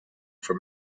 for